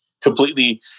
completely